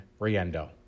Riendo